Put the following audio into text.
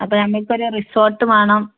അപ്പം നമുക്കൊരു റിസോട്ട് വേണം